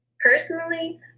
Personally